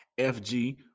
FG